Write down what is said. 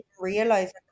realizing